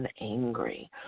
angry